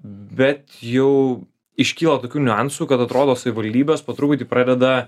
bet jau iškyla tokių niuansų kad atrodo savivaldybės po truputį pradeda